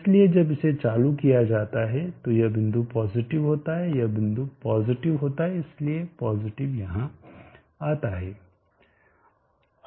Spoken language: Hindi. इसलिए जब इसे चालू किया जाता है तो यह बिंदु पॉजिटिव होता है यह बिंदु पॉजिटिव होता है इसलिए पॉजिटिव यहां आता है